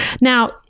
now